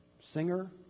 singer